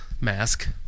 mask